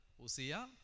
Usia